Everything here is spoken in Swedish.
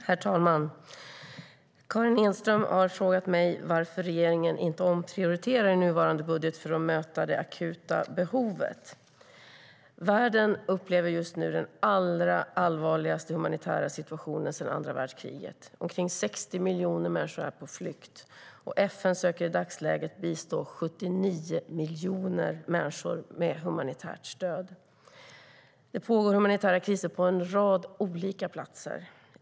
Herr talman! Karin Enström har frågat mig varför regeringen inte omprioriterar i nuvarande budget för att möta det akuta behovet. Världen upplever just nu den allra allvarligaste humanitära situationen sedan andra världskriget. Omkring 60 miljoner människor är på flykt. Och FN försöker i dagsläget bistå 79 miljoner människor med humanitärt stöd. Humanitära kriser pågår på en rad olika platser.